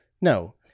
No